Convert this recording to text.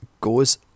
goes